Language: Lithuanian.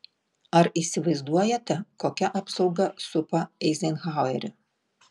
ar įsivaizduojate kokia apsauga supa eizenhauerį